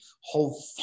Whole